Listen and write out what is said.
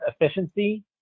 efficiency